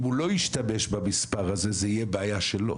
אם הוא לא ישתמש במספר הזה זאת תהיה בעיה שלו.